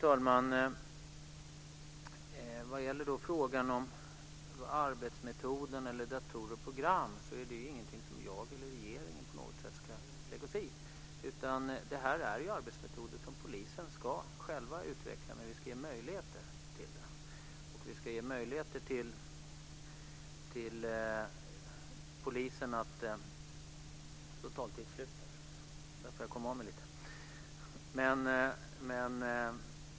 Fru talman! Arbetsmetoder, datorer och program är ingenting som jag - eller regeringen - ska lägga mig i. Polisen ska själv utveckla arbetsmetoderna, men vi ska ge möjligheterna.